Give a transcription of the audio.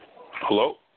Hello